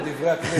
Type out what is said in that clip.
לדברי הכנסת.